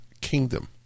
kingdom